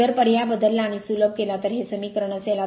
जर पर्याय बदलला आणि सुलभ केला तर हे समीकरण असेल